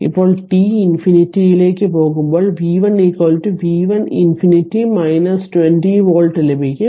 ഇപ്പോൾ t infinity യിലേക്ക് പോകുമ്പോൾ v1 v1 ഇനിഫിനിറ്റി 20 വോൾട്ട് ലഭിക്കും